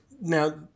now